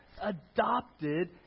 Adopted